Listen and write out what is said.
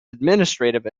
administrative